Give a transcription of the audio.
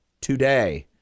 today